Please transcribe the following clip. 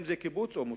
אם זה קיבוץ או מושב.